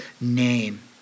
name